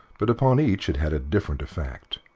but upon each it had a different effect.